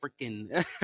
freaking